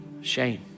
shame